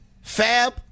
fab